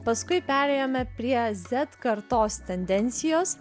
paskui perėjome prie zet kartos tendencijos